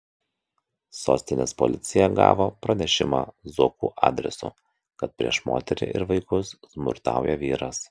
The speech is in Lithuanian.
sostinės policija gavo pranešimą zuokų adresu kad prieš moterį ir vaikus smurtauja vyras